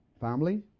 Family